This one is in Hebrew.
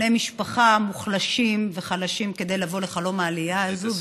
בני משפחה מוחלשים וחלשים כדי לבוא לחלום העלייה הזה,